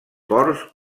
ports